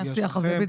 מהשיח הזה, בדיוק.